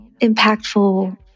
impactful